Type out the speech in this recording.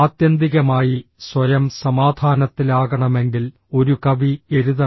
ആത്യന്തികമായി സ്വയം സമാധാനത്തിലാകണമെങ്കിൽ ഒരു കവി എഴുതണം